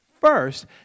First